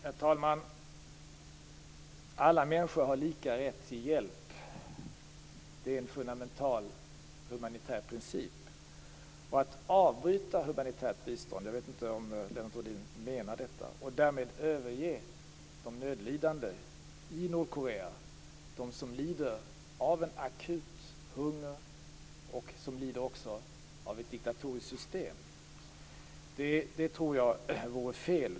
Herr talman! Alla människor har lika rätt till hjälp. Det är en fundamental humanitär princip. Att avbryta humanitärt bistånd - jag vet inte om Lennart Rohdin menar detta - och därmed överge de nödlidande i Nordkorea, de som lider av en akut hunger och också lider av ett diktatoriskt system, tror jag vore fel.